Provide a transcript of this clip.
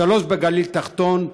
שלושה בגליל התחתון,